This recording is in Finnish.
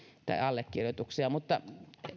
allekirjoituksia mutta